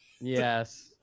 yes